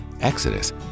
Exodus